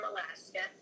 Alaska